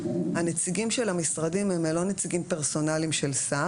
הנציגים של המשרדים הם לא נציגים פרסונליים של שר.